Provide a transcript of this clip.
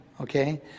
okay